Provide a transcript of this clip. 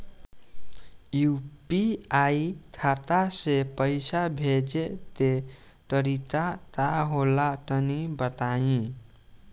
UPI खाता से पइसा भेजे के तरीका का होला तनि बताईं?